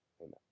amen